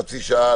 חצי שעה,